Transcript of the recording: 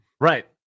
Right